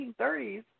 1930s